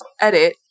Edit